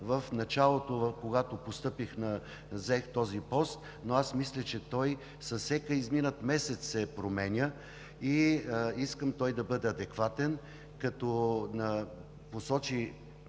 в началото, когато заех този пост, но аз мисля, че той с всеки изминат месец се променя, а искам да бъде адекватен, като посочи